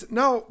now